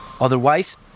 Otherwise